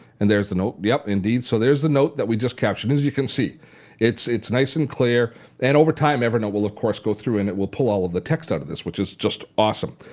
and there's the note, yup, indeed. so there's the note that we just captured. as you can see it's it's nice and clear and over time evernote will of course go through and it will pull all of the text out of this which is just awesome.